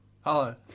Hello